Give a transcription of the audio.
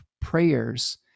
prayers